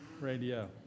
radio